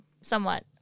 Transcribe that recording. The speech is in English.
somewhat